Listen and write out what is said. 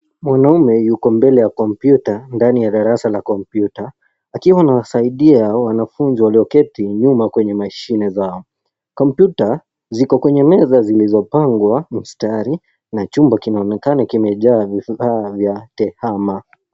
Mwanaume yuko mbele ya kompyuta ndani ya darasa la kompyuta, akiwa anawasaidia wanafunzi walioketi nyuma kwenye mashine zao. Kompyuta ziko kwenye meza zilizopangwa mistari na chumba kinaonekana kimejaa vifaa vya teama.